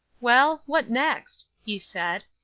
well, what next? he said.